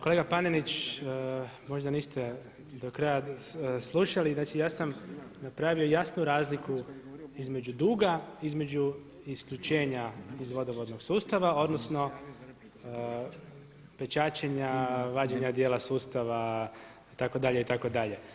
Kolega Panenić možda niste do kraja slušali, ja sam napravio jasnu razliku između duga, između isključenja iz vodovodnog sustava odnosno pečaćenja vađenja dijela sustava itd., itd.